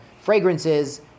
fragrances